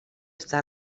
està